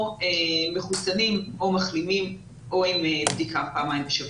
מחוסנים או מחלימים או עם בדיקה פעמיים בשבוע.